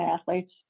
athletes